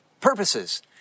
purposes